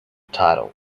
title